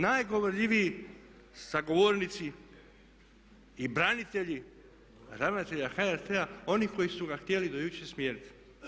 Najgovorljiviji sa govornice i branitelji, ravnatelja HRT-a oni koji su ga htjeli do jučer smijeniti.